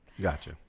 Gotcha